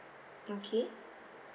okay